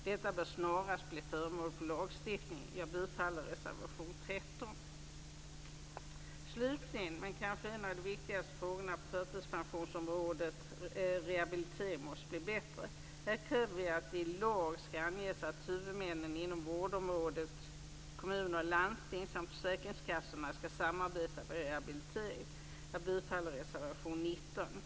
Detta bör snarast bli föremål för lagstiftning. Jag yrkar bifall till reservation 13. Slutligen till en av de kanske viktigaste frågorna på förtidspensionsområdet, nämligen den om att rehabiliteringen måste bli bättre. Här kräver vi att det i lag skall anges att huvudmännen inom vårdområdet - skall samarbeta vid rehabiliteringen. Jag yrkar bifall till reservation 19.